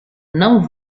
não